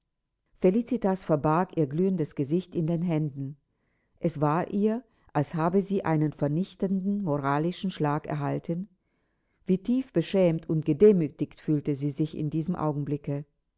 felicitas verbarg ihr glühendes gesicht in den händen es war ihr als habe sie einen vernichtenden moralischen schlag erhalten wie tief beschämt und gedemütigt fühlte sie sich in diesem augenblicke